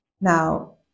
Now